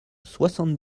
soixante